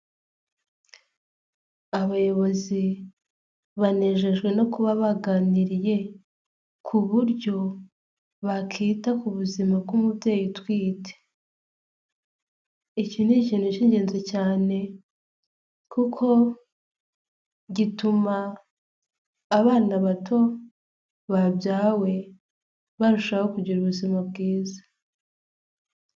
Abayobozi banejejwe no kuba baganiriye ku buryo bakita ku buzima bw'umubyeyi utwite. Iki ni ikintu cy'ingenzi cyane kuko gituma abana bato babyawe, barushaho kugira ubuzima bwiza.